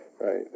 Right